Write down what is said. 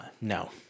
No